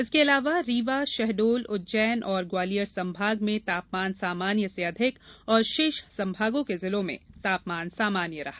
इसक अलावा रीवा शहडोल उज्जैन और ग्वालियर संभाग में तापमान सामान्य से अधिक तथा शेष संभागों के जिलों में तापमान सामान्य रहा